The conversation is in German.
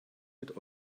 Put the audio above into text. mit